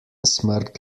smrt